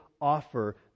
offer